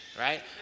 right